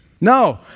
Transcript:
No